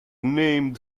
named